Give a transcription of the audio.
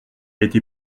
été